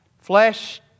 Flesh